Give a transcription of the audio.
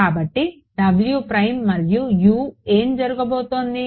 కాబట్టి మరియు ఏమి జరగబోతోంది